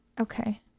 Okay